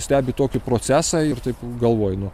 stebi tokį procesą ir taip galvoju nu